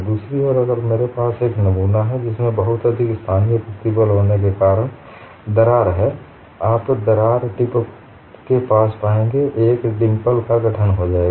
दूसरी ओर अगर मेरे पास एक नमूना है जिसमें बहुत अधिक स्थानीय प्रतिबल होने के कारण दरार है आप दरार टिप के पास पाएंगे एक डिंपल का गठन हो जाएगा